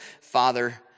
Father